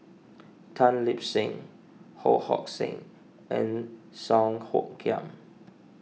Tan Lip Seng Ho Hong Sing and Song Hoot Kiam